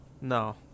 No